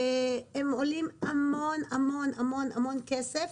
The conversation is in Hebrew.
עולה המון כסף.